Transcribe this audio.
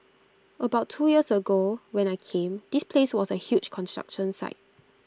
about two years ago when I came this place was A huge construction site